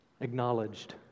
Acknowledged